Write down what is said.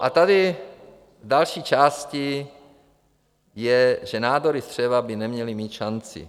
A tady v další části je, že nádory střeva by neměly mít šanci.